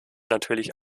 natürlich